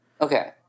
Okay